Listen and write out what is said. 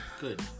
Good